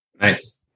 Nice